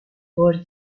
خورده